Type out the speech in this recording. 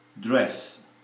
dress